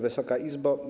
Wysoka Izbo!